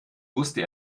wusste